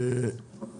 בוקר